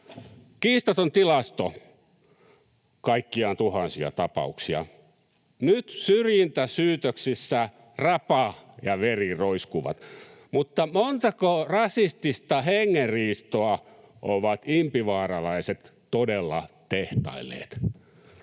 Kiistaton tilasto, kaikkiaan tuhansia tapauksia. Nyt syrjintäsyytöksissä rapa ja veri roiskuvat, mutta montako rasistista hengenriistoa ovat impivaaralaiset todella tehtailleet?